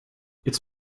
its